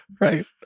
Right